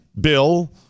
Bill